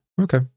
Okay